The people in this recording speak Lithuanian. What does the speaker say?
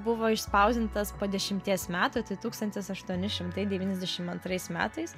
buvo išspausdintas po dešimties metų tai tūkstantis aštuoni šimtai devyniasdešim antrais metais